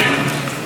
אמרגן,